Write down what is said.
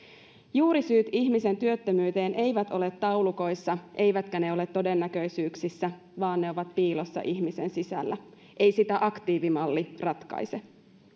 juurisyyt ihmisen työttömyyteen eivät ole taulukoissa eivätkä ne ole todennäköisyyksissä vaan ne ovat piilossa ihmisen sisällä ei sitä aktiivimalli ratkaise